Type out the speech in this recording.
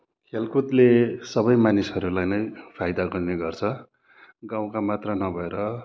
खेलकुदले सबै मानिसहरूलाई नै फाइदा गर्ने गर्छ गाउँका मात्र नभएर